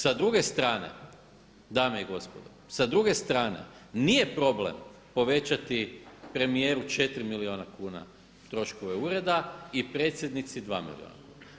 Sa druge strane dame i gospodo, sa druge strane nije problem povećati premijeru 4 milijuna kuna troškove ureda i predsjednici 2 milijuna.